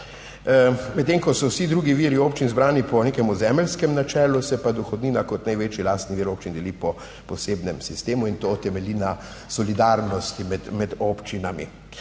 Medtem, ko so vsi drugi viri občin zbrani po nekem ozemeljskem načelu, se pa dohodnina kot največji lastni vir občin deli po posebnem sistemu in to temelji na solidarnosti med občinami.